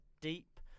deep